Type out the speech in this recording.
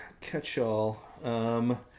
catch-all